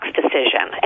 decision